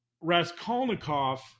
Raskolnikov